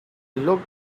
looked